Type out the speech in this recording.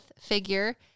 figure